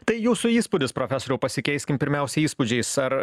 tai jūsų įspūdis profesoriau pasikeiskim pirmiausia įspūdžiais ar